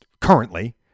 currently